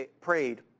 prayed